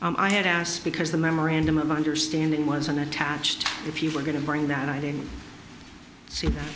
right i had asked because the memorandum of understanding was an attached if you were going to bring that i didn't see